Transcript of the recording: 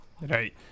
Right